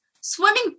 swimming